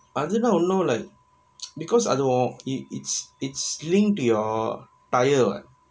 அதுனா இன்னும்:athunaa innum like because அதுவும்:athuvum it it's it's linked to your tyre [what]